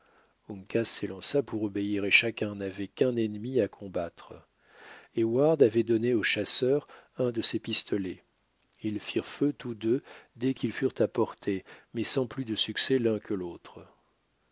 s'élança pour obéir et chacun n'avait qu'un ennemi à combattre heyward avait donné au chasseur un de ses pistolets ils firent feu tous deux dès qu'ils furent à portée mais sans plus de succès l'un que l'autre